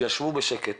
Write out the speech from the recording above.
ישבו בשקט,